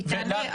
תודה.